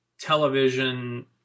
Television